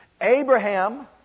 Abraham